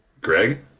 Greg